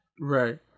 Right